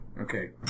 Okay